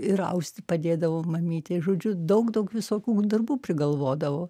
ir austi padėdavau mamytei žodžiu daug daug visokių darbų prigalvodavo